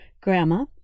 Grandma